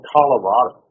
Colorado